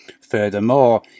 Furthermore